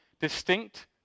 distinct